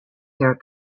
there